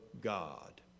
God